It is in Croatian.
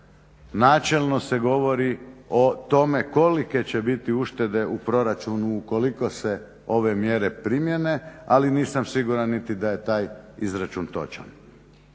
Načelno se govori o tome kolike će biti uštede u proračunu ukoliko se ove mjere primjene, ali nisam siguran niti da je taj izračun točan.